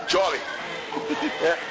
Charlie